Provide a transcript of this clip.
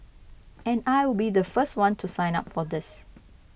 and I will be the first one to sign up for these